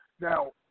Now